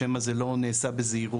שמא זה לא נעשה בזהירות,